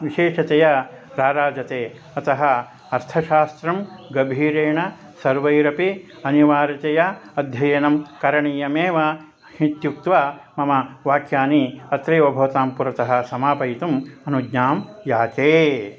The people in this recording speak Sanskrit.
विशेषतया राराजते अतः अर्थशास्त्रं गभीरेण सर्वैरपि अनिवार्यतया अध्ययनं करणीयमेव इत्युक्त्वा मम वाक्यानि अत्रैव भवतां पुरतः समापयितुम् अनुज्ञां याचे